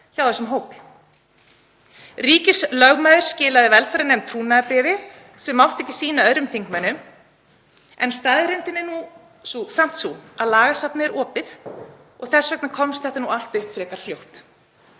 hjá þessum hópi. Ríkislögmaður skilaði velferðarnefnd trúnaðarbréfi sem mátti ekki sýna öðrum þingmönnum en staðreyndin er samt sú að lagasafnið er opið og þess vegna komst þetta nú allt upp frekar fljótt.